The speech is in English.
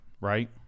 right